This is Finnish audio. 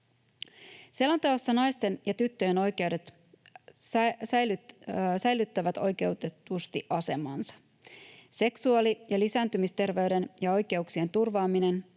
Selonteossa naisten ja tyttöjen oikeudet säilyttävät oikeutetusti asemansa. Seksuaali- ja lisääntymisterveyden ja -oikeuksien turvaaminen,